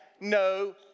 no